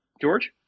George